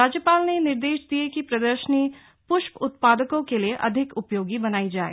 राज्यपाल ने निर्देश दिये कि प्रदर्शनी प्रष्प उत्पादकों के लिये अधिक उपयोगी बनायी जाय